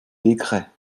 décrets